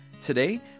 Today